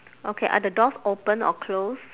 okay are the doors open or closed